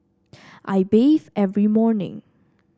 I bathe every morning